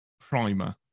Primer